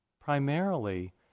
primarily